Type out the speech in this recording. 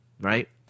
right